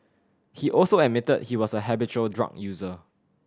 he also admitted he was a habitual drug user